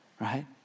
right